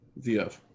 VF